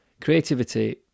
Creativity